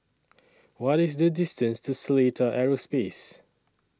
What IS The distance to Seletar Aerospace